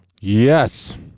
Yes